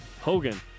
Hogan